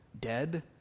dead